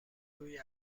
روی